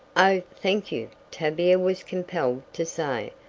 oh, thank you, tavia was compelled to say,